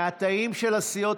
אני מבקש שקט מהתאים של הסיעות,